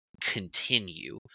continue